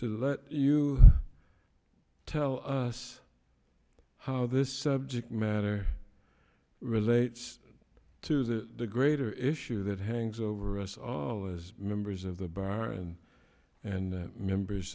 to let you tell us how this subject matter relates to the greater issue that hangs over us all as members of the baron and members